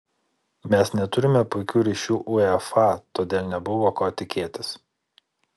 mes neturime puikių ryšių uefa todėl nebuvo ko tikėtis